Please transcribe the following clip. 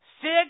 Six